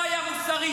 אתה שקרן, אתה שקרן.